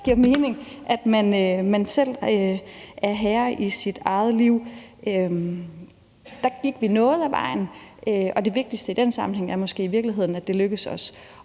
selv giver mening, at man er herre i sit eget liv. Der gik vi noget af vejen, og det vigtigste i den sammenhæng er måske i